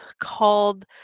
called